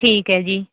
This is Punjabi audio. ਠੀਕ ਹੈ ਜੀ